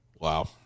wow